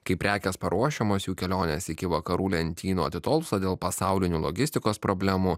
kai prekės paruošiamos jų kelionės iki vakarų lentynų atitolsta dėl pasaulinių logistikos problemų